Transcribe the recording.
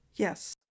Yes